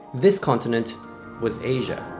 this continent was asia,